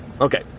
Okay